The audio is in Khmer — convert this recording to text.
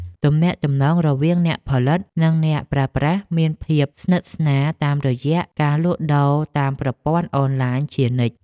ទំនាក់ទំនងរវាងអ្នកផលិត និងអ្នកប្រើប្រាស់មានភាពស្និទ្ធស្នាលតាមរយៈការលក់ដូរតាមប្រព័ន្ធអនឡាញជានិច្ច។